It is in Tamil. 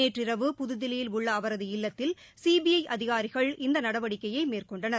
நேற்று இரவு புதுதில்லில் உள்ள அவரது இல்லத்தில் சிபிஐ அதிகாரிகள் இந்த நடவடிக்கையை மேற்கொண்டனர்